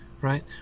right